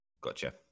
Gotcha